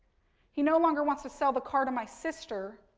he no longer wants to sell the car to my sister,